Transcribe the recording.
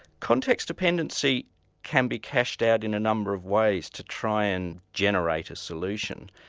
context dependency can be cashed out in a number of ways to try and generate a solution.